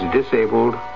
disabled